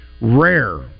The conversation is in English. rare